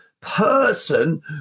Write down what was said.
person